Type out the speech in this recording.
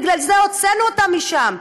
בגלל זה הוצאנו אותם משם,